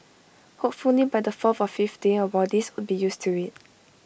hopefully by the fourth or fifth day our bodies would be used to IT